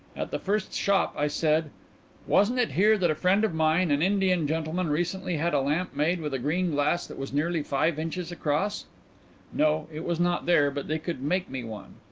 at the first shop i said wasn't it here that a friend of mine, an indian gentleman, recently had a lamp made with a green glass that was nearly five inches across no, it was not there but they could make me one.